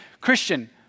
Christian